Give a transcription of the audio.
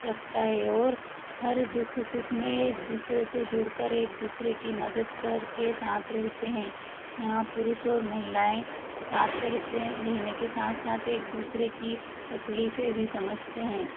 रखता है और हर दुख सुख में एक दूसरे से जुड़कर एक दूसरे की मदद करके साथ रहते हैं यहाँ पुरुष और महिलाएँ साथ रहते हैं रहने के साथ साथ एक दूसरे की तकलीफ़ें भी समझते हैं